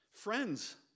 Friends